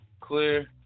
clear